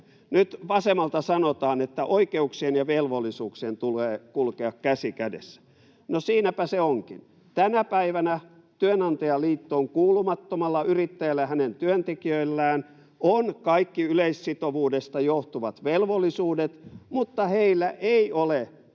Nyt vasemmalta sanotaan, että oikeuksien ja velvollisuuksien tulee kulkea käsi kädessä. [Aino-Kaisa Pekosen välihuuto] No, siinäpä se onkin. [Aino-Kaisa Pekonen: Kyllä!] Tänä päivänä työnantajaliittoon kuulumattomalla yrittäjällä ja hänen työntekijöillään on kaikki yleissitovuudesta johtuvat velvollisuudet, mutta heillä ei ole oikeutta